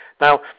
Now